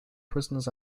prisoners